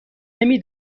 نمی